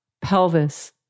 pelvis